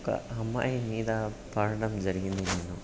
ఒక అమ్మాయి మీద పడటం జరిగింది నేను